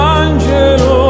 angelo